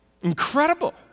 incredible